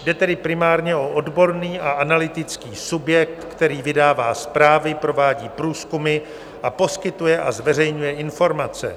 Jde tedy primárně o odborný a analytický subjekt, který vydává zprávy, provádí průzkumy a poskytuje a zveřejňuje informace.